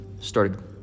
started